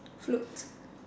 float